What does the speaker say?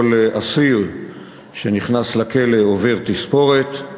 כל אסיר שנכנס לכלא עובר תספורת.